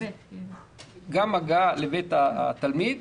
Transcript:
אז גם הגעה לבית התלמיד,